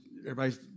everybody's